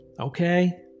okay